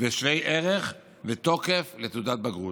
ושווי ערך ותוקף לתעודת בגרות.